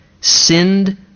Sinned